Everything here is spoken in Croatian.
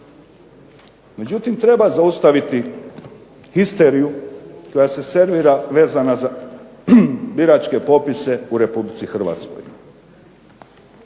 Međutim treba zaustaviti histeriju koja se servira vezana za biračke popise u Republici Hrvatskoj.